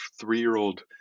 three-year-old